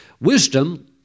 Wisdom